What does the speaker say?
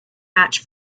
match